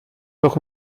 doch